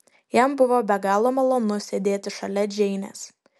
jam buvo be galo malonu sėdėti šalia džeinės